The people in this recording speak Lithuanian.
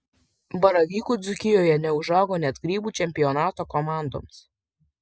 baravykų dzūkijoje neužaugo net grybų čempionato komandoms